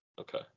Okay